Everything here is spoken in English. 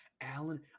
Alan